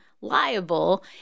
liable